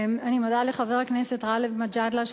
חבר הכנסת גאלב מג'אדלה,